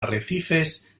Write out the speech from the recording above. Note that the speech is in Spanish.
arrecifes